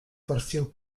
perfil